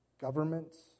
governments